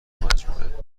مجموعه